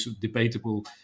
debatable